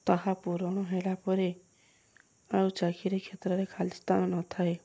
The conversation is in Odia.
ତାହା ପୂରଣ ହେଲା ପରେ ଆଉ ଚାକିରି କ୍ଷେତ୍ରରେ ଖାଲି ସ୍ଥାନ ନଥାଏ